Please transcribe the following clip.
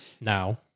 now